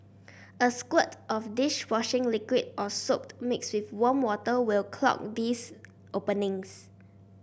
a squirt of dish washing liquid or soap mixed with warm water will clog these openings